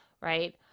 right